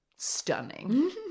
Stunning